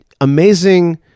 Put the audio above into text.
amazing